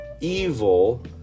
evil